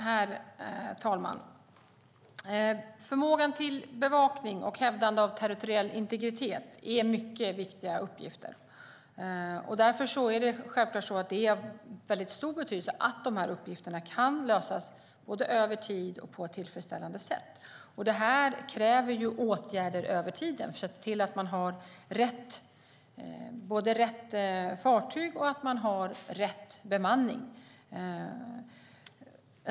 Herr talman! Förmågan till bevakning och hävdande av territoriell integritet är mycket viktiga uppgifter. Det är självklart av mycket stor betydelse att de uppgifterna kan lösas både över tid och på ett tillfredsställande sätt. Det kräver åtgärder över tiden. Det handlar om se till att man har rätt fartyg och rätt bemanning.